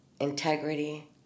integrity